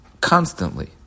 constantly